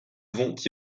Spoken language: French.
vont